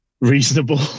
reasonable